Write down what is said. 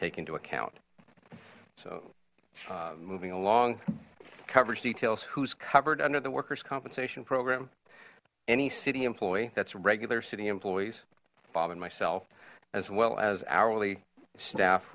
take into account so moving along coverage details who's covered under the workers compensation program any city employee that's regular city employees bob and myself as well as hourly staff